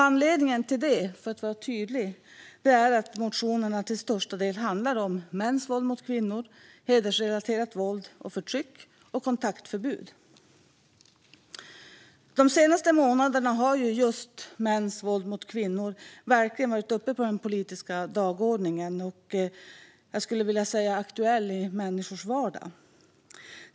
Anledningen till det, för att vara tydlig, är att motionerna till största del handlar om mäns våld mot kvinnor, hedersrelaterat våld och förtryck samt kontaktförbud. De senaste månaderna har just mäns våld mot kvinnor verkligen varit uppe på den politiska dagordningen och, skulle jag vilja säga, varit aktuellt i människors vardag.